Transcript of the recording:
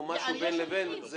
או משהו בין לבין,